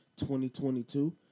2022